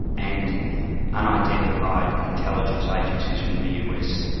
and unidentified intelligence agencies from the us.